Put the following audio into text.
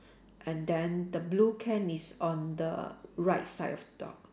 and then the blue can is on the right side of the dog